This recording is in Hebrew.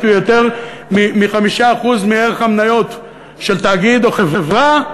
ביותר מ-5% מערך המניות של תאגיד או חברה.